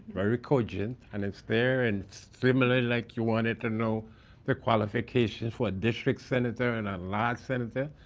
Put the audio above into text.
very cogent. and it's there and similar like you wanted to know the qualifications for district senator and at-large senator,